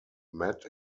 met